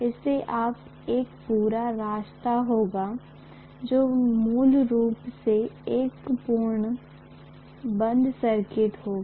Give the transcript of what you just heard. आपके पास एक पूरा रास्ता होगा जो मूल रूप से एक पूर्ण बंद सर्किट होगा